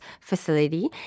Facility